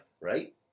Right